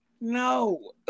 no